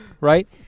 Right